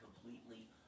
completely